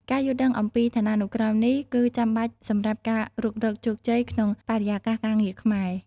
ការយល់ដឹងអំពីឋានានុក្រមនេះគឺចាំបាច់សម្រាប់ការរុករកជោគជ័យក្នុងបរិយាកាសការងារខ្មែរ។